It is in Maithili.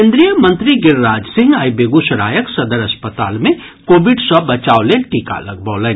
केन्द्रीय मंत्री गिरिराज सिंह आइ बेगूसरायक सदर अस्पताल मे कोविड सँ बचाव लेल टीका लगबौलनि